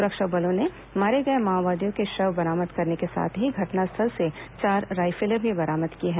सुरक्षा बलों ने मारे गए माओवादियों के शव बरामद करने के साथ ही घटनास्थल से चार राइफलें भी बरामद की हैं